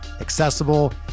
accessible